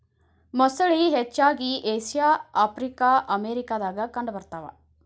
ಮೊಸಳಿ ಹರಚ್ಚಾಗಿ Asia Africa America ದಾಗ ಕಂಡ ಬರತಾವ